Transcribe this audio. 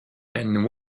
and